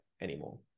anymore